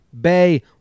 Bay